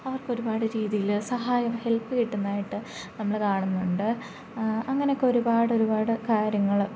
അവർക്കൊരുപാട് രീതിയിൽ സഹായം ഹെൽപ്പ് കിട്ടുന്നതായിട്ട് നമ്മൾ കാണുന്നുണ്ട് അങ്ങനെയൊക്കെ ഒരുപാട് ഒരുപാട് കാര്യങ്ങൾ